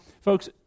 folks